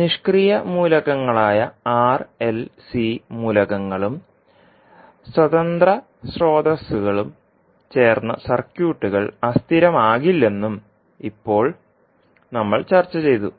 നിഷ്ക്രിയ മൂലകങ്ങളായ R L C മൂലകങ്ങളും സ്വതന്ത്ര സ്രോതസ്സുകളും ചേർന്ന സർക്യൂട്ടുകൾ അസ്ഥിരമാകില്ലെന്നും ഇപ്പോൾ നമ്മൾ ചർച്ചചെയ്തു